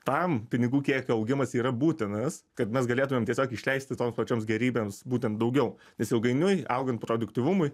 tam pinigų kiekio augimas yra būtinas kad mes galėtumėm tiesiog išleisti toms pačioms gėrybėms būtent daugiau nes ilgainiui augant produktyvumui